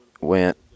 went